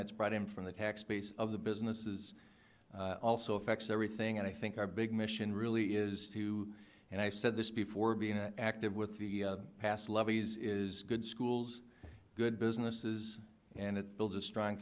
that's brought in from the tax base of the businesses also affects everything and i think our big mission really is to and i said this before being active with the past levees is good schools good businesses and it builds a strong